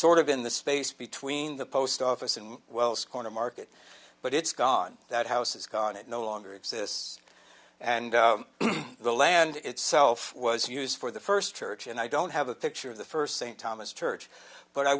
sort of in the space between the post office and wells corner market but it's gone that house is gone it no longer exists and the land itself was used for the first church and i don't have a picture of the first st thomas church but i